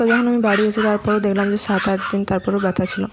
তা যখন আমি বাড়ি এসে তারপরও দেখলাম যে সাত আট দিন তারপরও ব্যথা ছিল